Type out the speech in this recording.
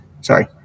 Sorry